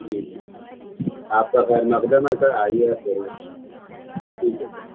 جی جی آپ کا خیر مقدم ہے سر آئیے گا ضرور ٹھیک ہے سر